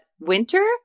winter